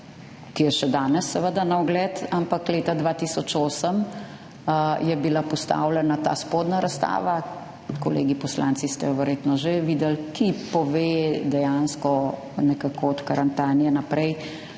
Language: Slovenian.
ki je še danes seveda na ogled, ampak leta 2008 je bila postavljena ta spodnja razstava, kolegi poslanci ste jo verjetno že videli, ki pove dejansko nekako od Karantanije naprej,